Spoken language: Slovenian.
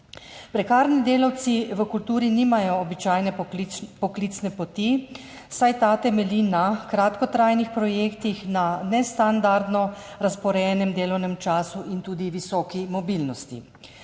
Prekarni delavci v kulturi nimajo običajne poklicne poti, saj ta temelji na kratkotrajnih projektih, na nestandardno razporejenem delovnem času in tudi visoki mobilnosti.